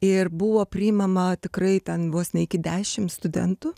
ir buvo priimama tikrai ten vos ne iki dešim studentų